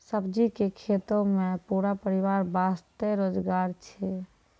सब्जी के खेतों मॅ पूरा परिवार वास्तॅ रोजगार छै